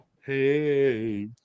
Hey